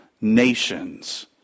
nations